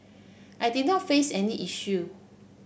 I did not face any issue